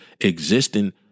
existing